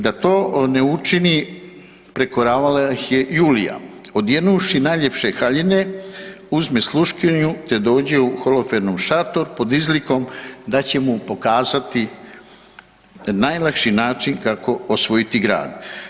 Da to ne učini, prekoravala ih je Judita odjenuvši najljepše haljine, uzme sluškinju te dođe u Holofernov šator, pod izlikom da će mu pokazati najlakši način kako osvojiti grad.